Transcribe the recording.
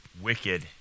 wicked